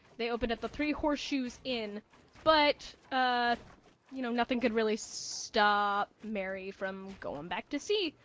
they opened up the three horseshoes inn but, ah you know, nothing can really stop mary from going back to sea.